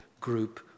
group